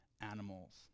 animals